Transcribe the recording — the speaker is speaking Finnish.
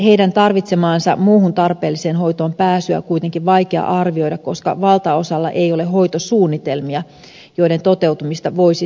heidän tarvitsemaansa muuhun tarpeelliseen hoitoonpääsyä on kuitenkin vaikea arvioida koska valtaosalla ei ole hoitosuunnitelmia joiden toteutumista voisi seurata